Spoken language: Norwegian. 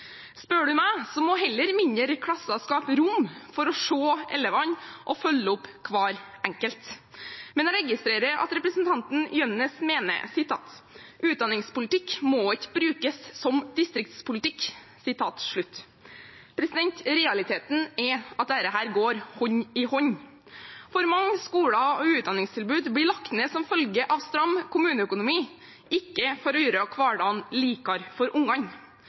må heller mindre klasser skape rom for å se elevene og å følge opp hver enkelt. Jeg registrerer at representanten Jønnes mener at utdanningspolitikk ikke må brukes som distriktspolitisk virkemiddel, men realiteten er at dette går hånd i hånd. For mange skoler og utdanningstilbud blir lagt ned som følge av stram kommuneøkonomi, ikke for å gjøre hverdagen bedre for ungene.